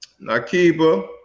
Nakiba